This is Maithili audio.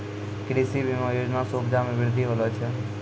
कृषि बीमा योजना से उपजा मे बृद्धि होलो छै